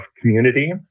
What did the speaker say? community